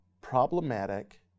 problematic